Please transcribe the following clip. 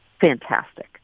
fantastic